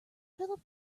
philip